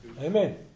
Amen